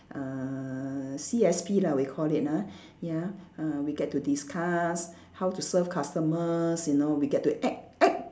uh C_S_P lah we called it ah ya uh we get to discuss how to serve customers you know we get to act act